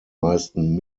meisten